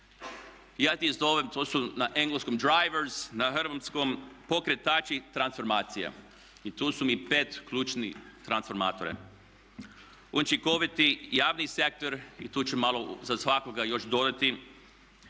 Ja ih zovem, to su na engleskom drivers, na hrvatskom pokretači transformacija i tu su mi pet ključnih transformatora: učinkoviti javni sektor i tu ću malo za svakoga još dodati